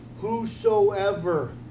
whosoever